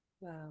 Wow